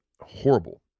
horrible